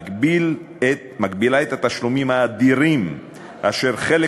היא מגבילה את התשלומים האדירים אשר חלק